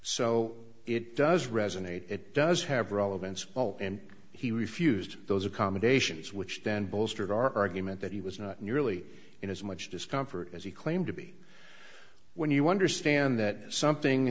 so it does resonate it does have relevance well and he refused those accommodations which then bolstered our argument that he was not nearly in as much discomfort as he claimed to be when you understand that something